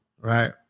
right